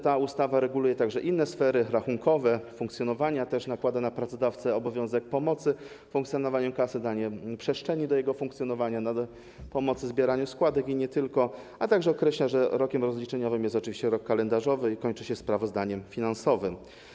Ta ustawa reguluje także inne sfery rachunkowe, funkcjonowania, nakłada też na pracodawcę obowiązek pomocy w funkcjonowaniu kasy, dania przestrzeni do jej funkcjonowania, pomocy w zbieraniu składek i nie tylko, a także określa, że rokiem rozliczeniowym jest oczywiście rok kalendarzowy, który kończy się sprawozdaniem finansowym.